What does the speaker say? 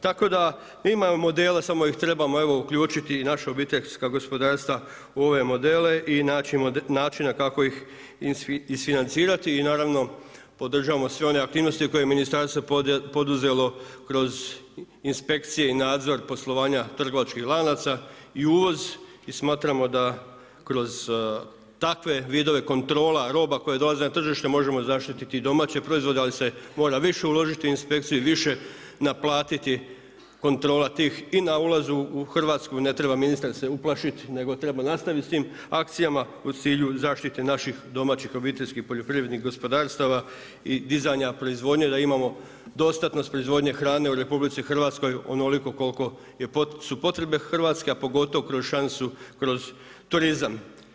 Tako da imamo modela samo ih trebamo uključiti i naša obiteljska gospodarstva u ove modele i naći načina kako ih izfinancirati i naravno podržavamo sve one aktivnosti koje je ministarstvo poduzelo kroz inspekcije i nadzor poslovanja trgovačkih lanaca i uvoz i smatramo da kroz takve vidove kontrola roba koje dolaze na tržište možemo zaštititi domaće proizvode ali se mora više uložiti u inspekcije i više naplatiti kontrola tih i na ulazu u Hrvatsku, ne treba ministar se uplašiti nego treba nastaviti s tim akcijama u cilju zaštite naših domaćih obiteljskih poljoprivrednih gospodarstava i dizanja proizvodnje da imamo dostatnost proizvodnje hrane u Republici Hrvatskoj onoliko koliko su potrebe Hrvatske, a pogotovo kroz šansu, kroz turizam.